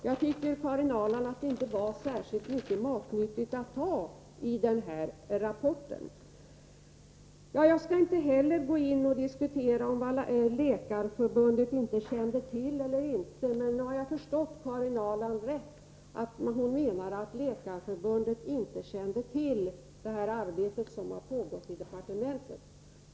Jag tycker inte, Karin Ahrland, att denna rapport innehöll särskilt mycket matnyttigt. Jag skall inte heller diskutera vad Läkarförbundet kände till eller inte kände till. Men har jag verkligen förstått Karin Ahrland rätt? Jag uppfattade saken så, att hon menade att Läkarförbundet inte kände till detta arbete som har pågått i departementet?